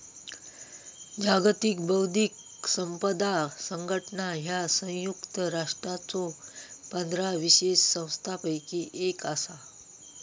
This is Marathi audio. जागतिक बौद्धिक संपदा संघटना ह्या संयुक्त राष्ट्रांच्यो पंधरा विशेष संस्थांपैकी एक असा